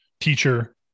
teacher